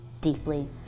deeply